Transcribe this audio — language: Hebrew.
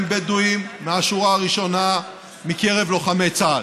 בדואים מהשורה הראשונה מקרב לוחמי צה"ל.